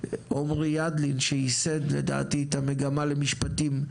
עמרי ידלין, שייסד את המגמה למשפטים,